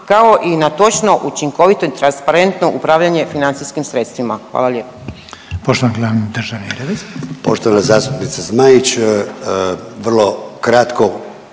kao i na točno učinkovito i transparentno upravljanje financijskim sredstvima. Hvala lijepo.